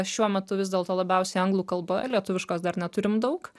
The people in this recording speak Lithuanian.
šiuo metu vis dėlto labiausiai anglų kalba lietuviškos dar neturim daug